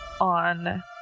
on